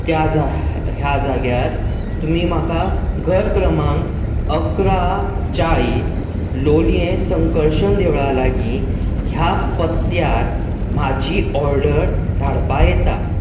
त्या जाह् ह्या जाग्यार तुमी म्हाका घर क्रमांग अकरा चाळीस लोलयें संकर्शन देवळा लागीं ह्या पत्त्यार म्हजी ऑडर धाडपा येता